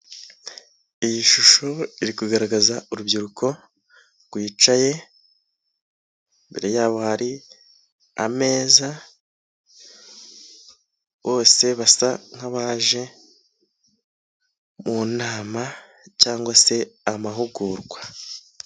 Iyi shusho iri kugaragaza urubyiruko rwicaye, imbere yabo hari ameza, bose basa nk'abaje mu nama cyangwa se amahugurwa.